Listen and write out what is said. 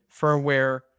firmware